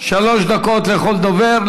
שלוש דקות לכל דובר.